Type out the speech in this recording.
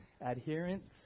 adherence